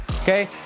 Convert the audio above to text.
okay